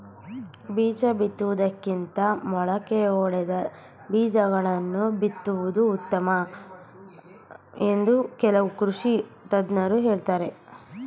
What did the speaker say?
ಬೀಜ ಬಿತ್ತುವುದಕ್ಕಿಂತ ಮೊಳಕೆ ಒಡೆದ ಬೀಜಗಳನ್ನು ಬಿತ್ತುವುದು ಉತ್ತಮ ಎಂದು ಕೆಲವು ಕೃಷಿ ತಜ್ಞರು ಹೇಳುತ್ತಾರೆ